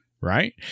right